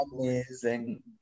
Amazing